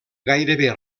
gairebé